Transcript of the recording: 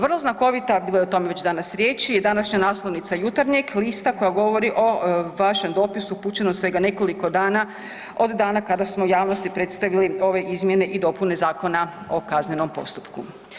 Vrlo znakovita bilo je o tome već danas riječi je današnja naslovnica Jutarnjeg lista koja govori o vašem dopisu upućenom svega nekoliko od dana kada smo javnosti predstavili ove izmjene i dopune Zakona o kaznenom postupku.